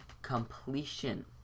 completion